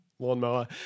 Lawnmower